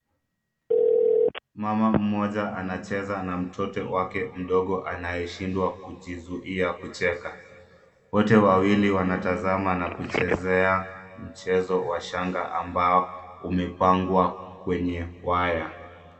Mama mmoja anacheza na mtoto wake mdogo anayeshindwa kujizuia kucheka. Wote wawili wanatazama na kuchezea mchezo wa shanga ambao umepangwa kwenye waya.